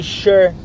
sure